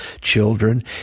children